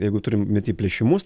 jeigu turim minty plėšimus